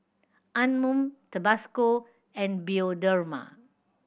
Anmum Tabasco and Bioderma